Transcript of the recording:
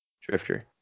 Drifter